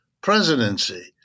presidency